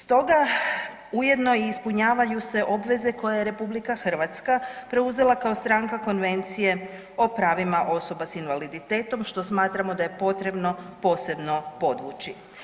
Stoga ujedno i ispunjavaju se obveze koje je RH preuzela kao stranka Konvencije o pravima osoba s invaliditetom što smatramo da je potrebno posebno podvući.